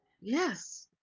Yes